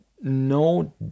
no